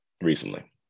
recently